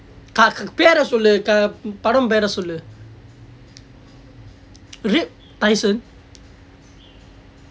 cock பெயரை சொல்லு படம் பெயரை சொல்லு:kakku peryarai sollu padam peyarai sollu rep tyson